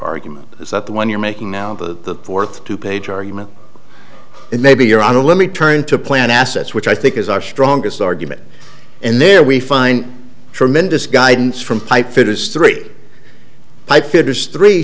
argument is that the one you're making now in the fourth two page argument and maybe you're on to let me turn to plan assets which i think is our strongest argument and there we find tremendous guidance from pipefitters three